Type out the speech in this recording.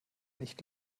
nicht